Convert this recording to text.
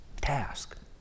task